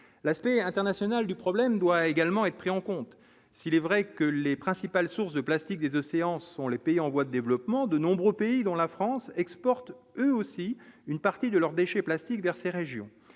l'aspect international du problème doit également être pris en compte, s'il est vrai que les principales sources de plastique des océans sont les pays en voie développement de nombreux pays dont la France exporte eux aussi une partie de leurs déchets plastiques vers ces régions